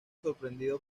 sorprendido